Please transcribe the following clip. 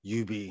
UB